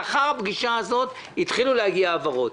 לאחר הפגישה הזאת התחילו להגיע העברות.